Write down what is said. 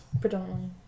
Predominantly